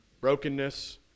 Brokenness